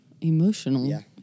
emotional